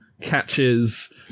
catches